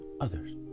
others